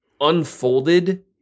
unfolded